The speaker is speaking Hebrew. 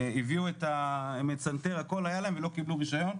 הביאו את המצנתר הכול היה להם ולא קיבלו רישיון,